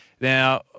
Now